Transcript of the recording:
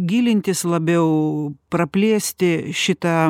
gilintis labiau praplėsti šitą